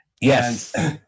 Yes